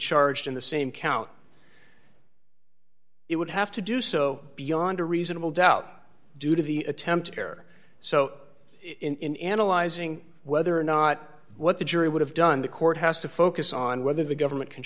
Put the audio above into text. charged in the same count it would have to do so beyond a reasonable doubt due to the attempted terror so in analyzing whether or not what the jury would have done the court has to focus on whether the government can